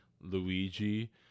Luigi